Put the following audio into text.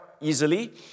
easily